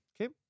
Okay